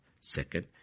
Second